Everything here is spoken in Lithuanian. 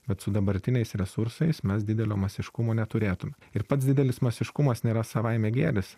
bet su dabartiniais resursais mes didelio masiškumo neturėtume ir pats didelis masiškumas nėra savaime gėris